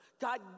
God